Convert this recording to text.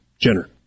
Jenner